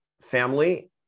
family